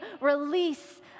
release